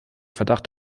verdacht